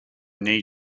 knee